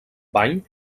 bany